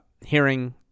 hearing